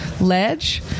ledge